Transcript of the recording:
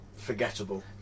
Forgettable